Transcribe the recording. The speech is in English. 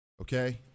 Okay